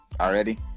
already